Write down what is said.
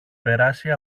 περάσει